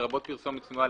לרבות פרסומת סמויה,